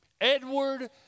Edward